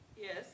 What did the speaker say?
Yes